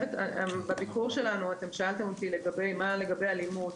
בביקור שלנו אתם שאלתם אותי מה לגבי אלימות.